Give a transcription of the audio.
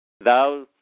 Thou